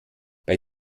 bei